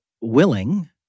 willing